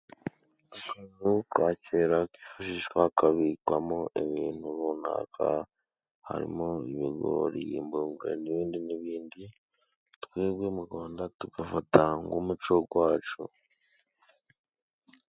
Akantu ka kera kifashishwa kabikwamo ibintu runaka harimo ibigori impungure n'ibindi n'ibindi, twebwe mu Rwanda tugafata nk'umuco wacu.